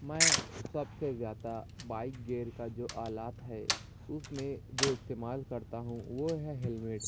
میں سب سے زیادہ بائک گیئر کا جو آلات ہے اس میں جو استعمال کرتا ہوں وہ ہے ہیلمٹ